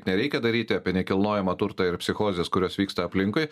nereikia daryti apie nekilnojamą turtą ir psichozes kurios vyksta aplinkui